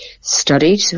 studied